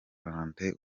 valentin